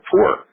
poor